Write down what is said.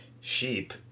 sheep